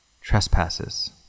trespasses